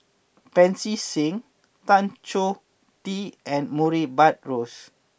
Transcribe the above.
Pancy Seng Tan Choh Tee and Murray Buttrose